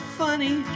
funny